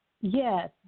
Yes